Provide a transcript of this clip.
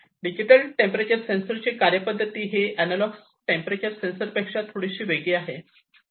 digital temperature sensor ची कार्यपद्धती ही अँनालाँग टेंपरेचर सेन्सर पेक्षा थोडीशी वेगळी आहे